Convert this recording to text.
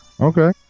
Okay